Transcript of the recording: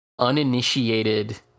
uninitiated